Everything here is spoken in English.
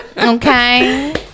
Okay